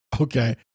Okay